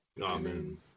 amen